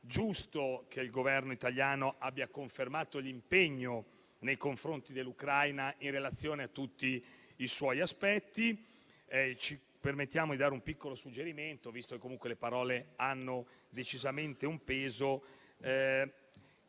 giusto che il Governo italiano abbia confermato l'impegno nei confronti dell'Ucraina in relazione a tutti i suoi aspetti e ci permettiamo di dare un piccolo suggerimento, visto che comunque le parole hanno decisamente un peso.